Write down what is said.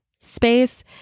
space